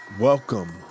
welcome